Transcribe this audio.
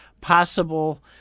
possible